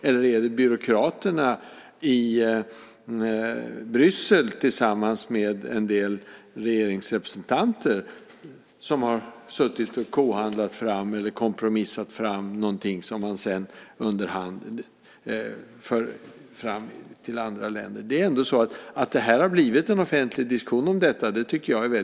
Eller är det byråkraterna i Bryssel tillsammans med en del regeringsrepresentanter som har kohandlat fram eller kompromissat fram någonting som man sedan under hand för fram till andra länder? Jag tycker att det är väldigt bra att det har blivit en offentlig diskussion om detta.